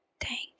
Thank